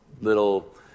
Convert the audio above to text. little